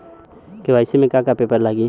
KYC में का का पेपर लगी?